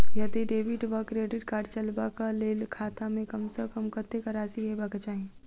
यदि डेबिट वा credit card चलबाक कऽ लेल खाता मे कम सऽ कम कत्तेक राशि हेबाक चाहि?